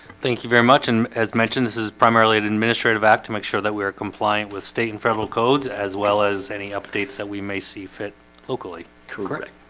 thank you very much and as mentioned this is primarily an administrative act to make sure that we are compliant with state and federal codes as well as any updates that we may see fit locally, correct?